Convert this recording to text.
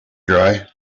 dry